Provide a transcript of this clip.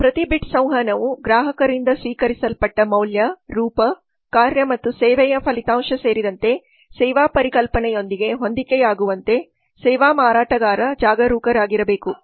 ಪ್ರತಿ ಬಿಟ್ ಸಂವಹನವು ಗ್ರಾಹಕರಿಂದ ಸ್ವೀಕರಿಸಲ್ಪಟ್ಟ ಮೌಲ್ಯ ರೂಪ ಕಾರ್ಯ ಮತ್ತು ಸೇವೆಯ ಫಲಿತಾಂಶ ಸೇರಿದಂತೆ ಸೇವಾ ಪರಿಕಲ್ಪನೆಯೊಂದಿಗೆ ಹೊಂದಿಕೆಯಾಗುವಂತೆ ಸೇವಾ ಮಾರಾಟಗಾರ ಜಾಗರೂಕರಾಗಿರಬೇಕು